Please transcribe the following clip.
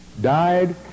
died